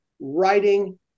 writing